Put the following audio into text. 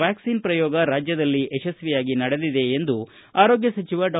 vaccine ಪ್ರಯೋಗ ರಾಜ್ಯದಲ್ಲಿ ಯಶಸ್ವಿಯಾಗಿ ನಡೆದಿದೆ ಎಂದು ಆರೋಗ್ಯ ಸಚಿವ ಡಾ